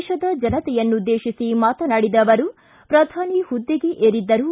ದೇಶದ ಜನತೆಯನ್ನುದ್ದೇತಿಸಿ ಮಾತನಾಡಿದ ಅವರು ಪ್ರಧಾನಿ ಹುದ್ದೆಗೆ ಏರಿದ್ದರೂ